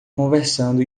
conversando